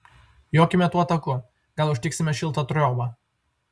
jokime tuo taku gal užtiksime šiltą triobą